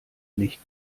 nicht